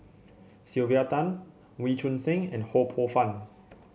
Sylvia Tan Wee Choon Seng and Ho Poh Fun